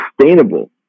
sustainable